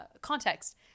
context